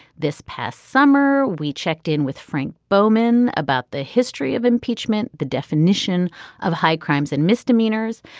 this past summer we checked in with frank bowman about the history of impeachment. the definition of high crimes and misdemeanors.